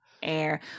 Air